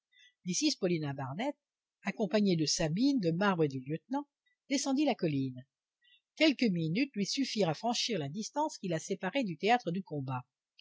mrs paulina barnett accompagnée de sabine de marbre et du lieutenant descendit la colline quelques minutes lui suffirent à franchir la distance qui la séparait du théâtre du combat